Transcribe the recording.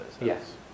Yes